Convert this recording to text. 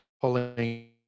pulling